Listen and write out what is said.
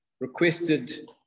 requested